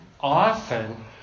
Often